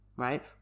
right